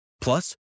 Plus